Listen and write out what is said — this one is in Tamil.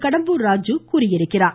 கடம்பூர் ராஜு தெரிவித்துள்ளார்